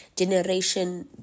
Generation